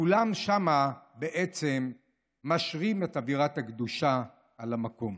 וכולם שם בעצם משרים את אווירת הקדושה על המקום.